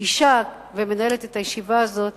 אשה ומנהלת את הישיבה הזאת,